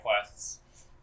quests